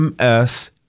MS